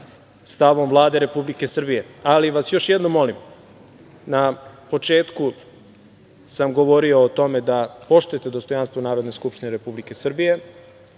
stavom Vlade Republike Srbije. Ali, još jednom vas molim, na početku sam govorio o tome da poštujete dostojanstvo Narodne skupštine Republike Srbije.